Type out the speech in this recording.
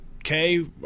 Okay